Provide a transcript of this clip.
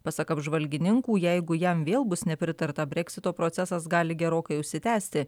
pasak apžvalgininkų jeigu jam vėl bus nepritarta breksito procesas gali gerokai užsitęsti